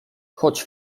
choć